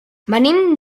venim